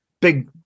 Big